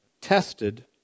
tested